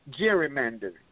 gerrymandering